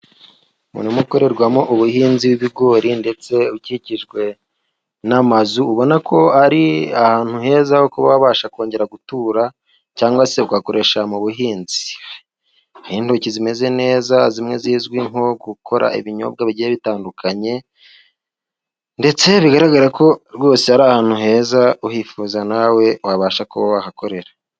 Umurima ukorerwamo ubuhinzi bw'ibigori, ndetse ukikijwe n'amazu, ubona ko ari ahantu heza, ho kuba wabasha kongera gutura, cyangwa se ugakoresha mu buhinzi. Hariho intoki zimeze neza zimwe zizwi nko gukora ibinyobwa bigiye bitandukanye, ndetse bigaragara ko rwose ari ahantu heza, uhifuza nawe wabasha kuba wahakorera.